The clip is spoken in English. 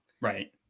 right